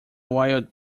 wild